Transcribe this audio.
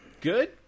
good